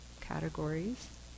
categories